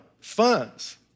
funds